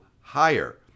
higher